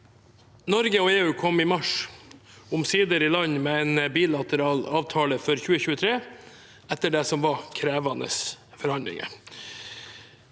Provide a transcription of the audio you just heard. Norge og EU kom i mars omsider i havn med en bilateral avtale for 2023 etter krevende forhandlinger.